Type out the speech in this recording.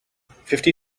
fifty